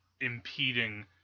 impeding